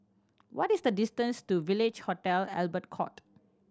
what is the distance to Village Hotel Albert Court